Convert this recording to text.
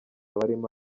barimo